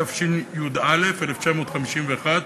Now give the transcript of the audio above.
התשי"א 1951,